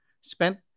spent